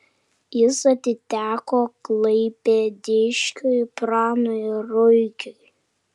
jis atiteko klaipėdiškiui pranui ruikiui